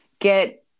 Get